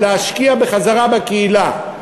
להשקיע בחזרה בקהילה,